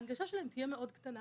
ההנגשה שלהם תהיה מאוד קטנה.